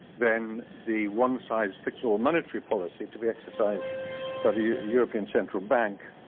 then the one-size-fits-all monetary policy to be exercised by the european central bank,